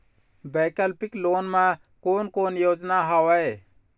वैकल्पिक लोन मा कोन कोन योजना हवए?